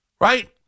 Right